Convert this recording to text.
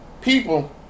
People